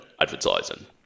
advertising